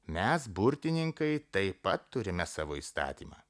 mes burtininkai taip pat turime savo įstatymą